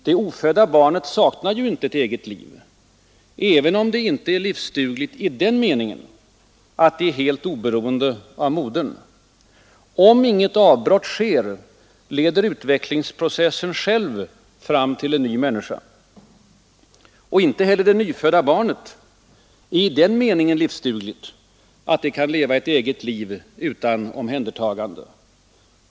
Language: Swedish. Det ofödda barnet saknar ju inte ett eget liv, även om det inte är ”livsdugligt” i den meningen att det är helt oberoende av modern. Om inget avbrott sker, leder utvecklingsprocessen själv fram till en ny människa. Inte heller det nyfödda barnet är i den meningen livsdugligt, att det kan leva ett eget liv utan omhändertagande.